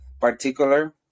particular